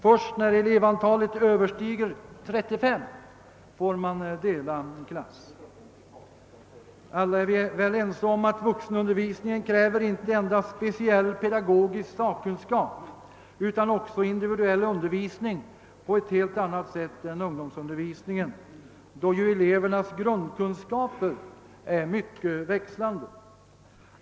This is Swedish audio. Först när elevantalet överstiger 35 får man dela en klass. Alla är väl överens om att vuxenundervinsningen kräver inte endast speciell pedagogisk sakkunskap utån också individuell undervisning på ett helt annat sätt än ungdomsundervisningen, då ju elevernas grundkunskaper är mycket växlande.